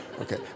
Okay